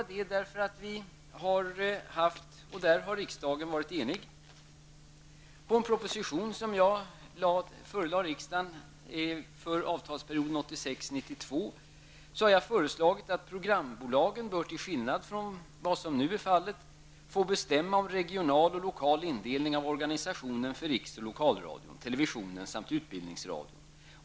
I en proposition som jag förelade riksdagen för avtalsperioden 1986--1992 -- och på den punkten var riksdagen enig -- föreslår jag att programbolagen, till skillnad från vad som nu är fallet, bör få bestämma om regional och lokal indelning av organisationen för riks och lokalradion, televisionen samt utbildningsradion.